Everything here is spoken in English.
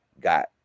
got